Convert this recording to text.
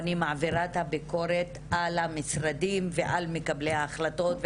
אני מעבירה את הביקורת על המשרדים ועל מקבלי ההחלטות,